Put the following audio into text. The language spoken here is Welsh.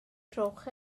trowch